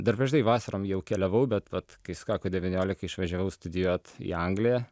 dar prieš tai vasarom jau keliavau bet vat kai sukako devyniolika išvažiavau studijuot į angliją